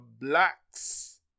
blacks